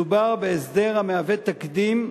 מדובר בהסדר המהווה תקדים,